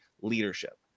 leadership